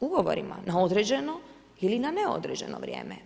Ugovorima na određeno ili na neodređeno vrijeme.